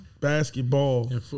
basketball